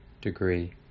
degree